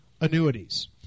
annuities